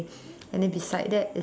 and then beside that is